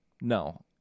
No